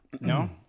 no